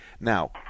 Now